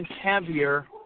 heavier